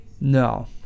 No